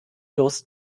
durst